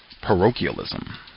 parochialism